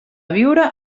viure